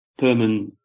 Perman